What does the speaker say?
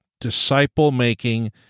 disciple-making